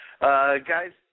Guys